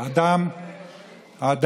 אמר חלאות המין האנושי?